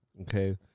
okay